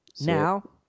now